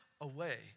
away